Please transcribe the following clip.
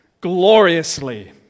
gloriously